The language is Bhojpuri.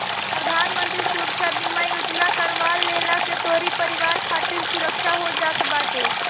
प्रधानमंत्री सुरक्षा बीमा योजना करवा लेहला से तोहरी परिवार खातिर सुरक्षा हो जात बाटे